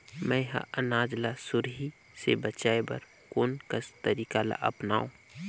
मैं ह अनाज ला सुरही से बचाये बर कोन कस तरीका ला अपनाव?